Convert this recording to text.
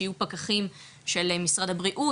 שיהיו פקחים של משרד הבריאות,